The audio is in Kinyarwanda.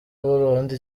burundu